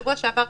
בשבוע שעבר,